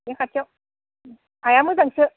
बे खाथियाव हाया मोजांसो